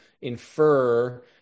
infer